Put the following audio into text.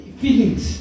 feelings